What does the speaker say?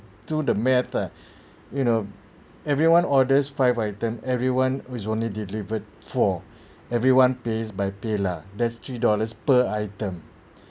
to the matter you know everyone orders five item everyone was only delivered four everyone pays by paylah that's three dollars per item